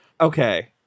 Okay